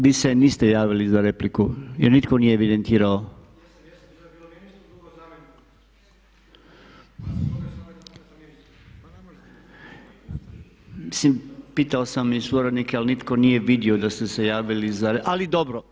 Vi se niste javili za repliku, jer nitko nije evidentirao. … [[Upadica se ne razumije.]] Mislim pitao sam i suradnike ali nitko nije vidio da ste se javili za repliku, ali dobro.